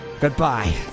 Goodbye